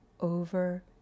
over